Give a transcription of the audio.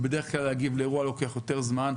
ובדרך כלל להגיב לאירוע לוקח יותר זמן,